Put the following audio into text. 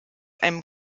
einem